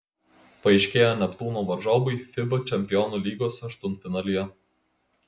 paaiškėjo neptūno varžovai fiba čempionų lygos aštuntfinalyje